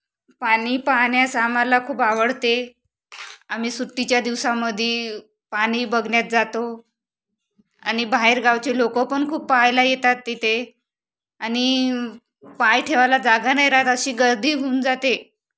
पाणी पाहण्यास आम्हाला खूप आवडते आम्ही सुट्टीच्या दिवसामध्ये पाणी बघण्यात जातो आणि बाहेरगावचे लोकं पण खूप पाहायला येतात तिथे आणि पाय ठेवायला जागा नाही राहात अशी गर्दी होऊन जाते